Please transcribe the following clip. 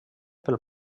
pel